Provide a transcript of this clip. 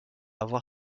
avoir